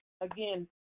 again